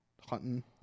hunting